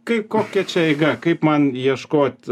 kaip kokia čia eiga kaip man ieškot